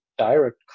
direct